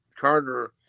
Carter